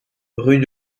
rue